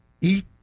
Eat